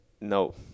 No